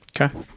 Okay